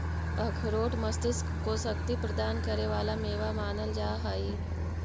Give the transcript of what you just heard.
अखरोट मस्तिष्क को शक्ति प्रदान करे वाला मेवा मानल जा हई